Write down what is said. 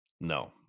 No